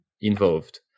involved